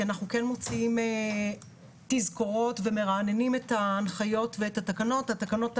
כי אנחנו כן מוציאים תזכורות ומרעננים את ההנחיות ואת התקנות.